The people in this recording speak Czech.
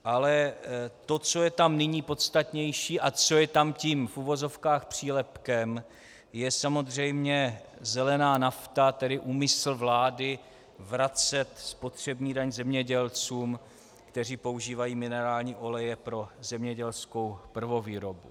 Ale to, co je tam nyní podstatnější a co je tam tím přílepkem, je samozřejmě zelená nafta, tedy úmysl vlády vracet spotřební daň zemědělcům, kteří používají minerální oleje pro zemědělskou prvovýrobu.